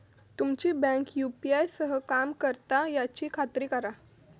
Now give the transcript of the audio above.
तुमची bank UPI सह काम करता याची खात्री करा